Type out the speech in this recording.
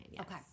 Okay